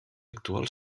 actual